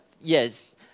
yes